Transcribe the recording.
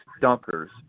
dunkers